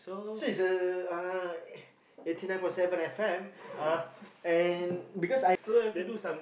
so it's a uh eighty nine point seven F_M uh and because I